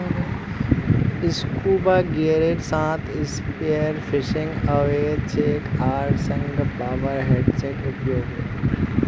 scuba गियरेर साथ spearfishing अवैध छेक आर संगह पावर हेड्सेर उपयोगो